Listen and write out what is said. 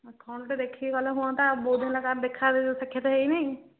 ଆଉ କ'ଣ ଟିକେ ଦେଖି ଗଲେ ହୁଅନ୍ତା ବହୁତ ଦିନ ହେଲାଣି ଦେଖା ଶାକ୍ଷାତ ହୋଇନି